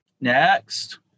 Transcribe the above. Next